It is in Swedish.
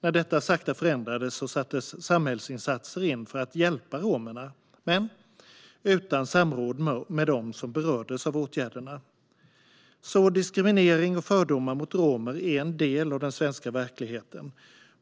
När detta sakta förändrades sattes samhällsinsatser in för att hjälpa romerna - men utan samråd med dem som berördes av åtgärderna. Diskriminering av och fördomar mot romer är en del av den svenska verkligheten.